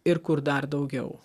ir kur dar daugiau